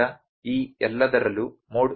ಆದ್ದರಿಂದ ಈ ಎಲ್ಲದರಲ್ಲೂ ಮೋಡ್ ಸಾಧ್ಯ